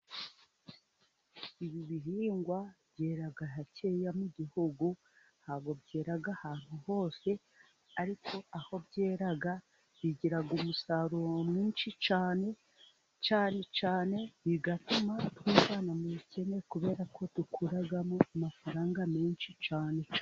Ibi bihingwa byera hakeya mu gihugu, ntabwo byera ahantu hose ariko aho byera bigira umusaruro mwinshi cyane cyane, bigatuma twivana mu bukene, kubera ko dukuramo amafaranga menshi cyane.